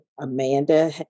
Amanda